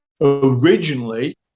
Originally